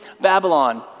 Babylon